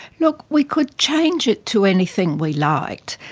look, we could change it to anything we liked,